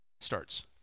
starts